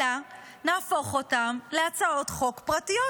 אלא נהפוך אותן להצעות חוק פרטיות.